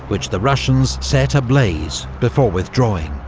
which the russians set ablaze before withdrawing.